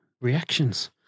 reactions